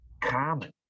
common